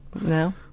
No